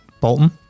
Bolton